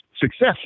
success